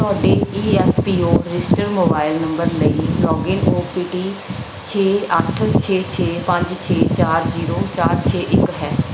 ਤੁਹਾਡੇ E F P O registered mobile number ਲਈ login O P T ਛੇ ਅੱਠ ਛੇ ਛੇ ਪੰਜ ਛੇ ਚਾਰ ਜੀਰੋ ਚਾਰ ਛੇ ਇੱਕ ਹੈ